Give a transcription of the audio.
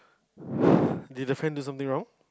did the friend do something wrong